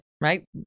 Right